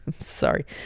Sorry